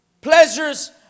Pleasures